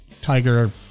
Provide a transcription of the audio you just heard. Tiger